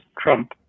Trump